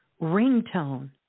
ringtone